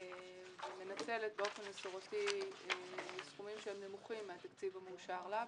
ומנצלת באופן מסורתי סכומים שהם נמוכים מהתקציב המאושר לה,